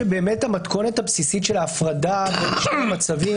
המתכונת הבסיסית של ההפרדה בין שני המצבים